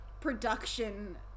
production